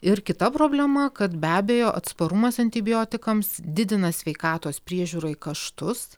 ir kita problema kad be abejo atsparumas antibiotikams didina sveikatos priežiūrai kaštus